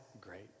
great